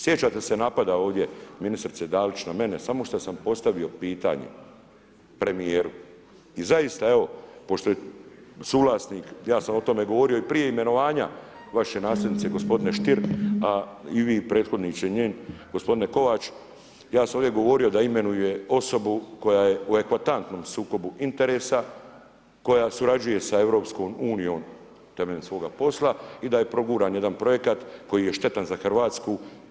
Sjećate se napada ovdje ministrice Dalić na mene samo što sam postavio pitanje, premjeru i zaista, evo, pošto je suvlasnik ja sam o tome govorio i prije imenovanja vaše nasljednice gospodine Stier a i vi prethodniče njen, gospodine Kovač, ja sam ovdje govorio da imenuje osobu koja je u eklatantnom sukobu interesa koja surađuje sa EU temeljem svoga posla i da je proguran jedan projekat koji je štetan za Hrvatsku.